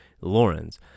Lawrence